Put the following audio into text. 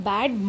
Bad